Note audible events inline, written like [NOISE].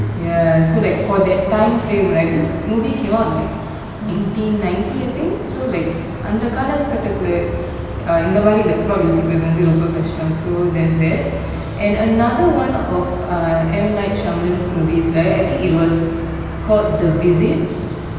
ya so like for that time frame right this movie came out like eighteen ninety I think so like அந்த கால கட்டத்துல இந்த மாதிரி:antha kaala katathula intha mathiri like [LAUGHS] எடுக்குறது ரொம்ப கஷ்டம்:edukurathu romba kastam so there's that and another one of M night shayamalin movies right I think it was called the visit